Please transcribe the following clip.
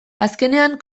azkenean